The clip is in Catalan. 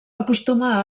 acostuma